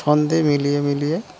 ছন্দ মিলিয়ে মিলিয়ে